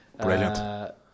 Brilliant